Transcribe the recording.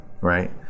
right